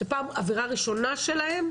שזוהי עבירה ראשונה שלהם.